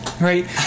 Right